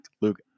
Luke